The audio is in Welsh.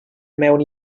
mewn